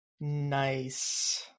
Nice